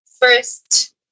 first